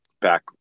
back